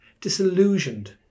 disillusioned